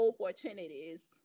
opportunities